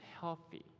healthy